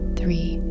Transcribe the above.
three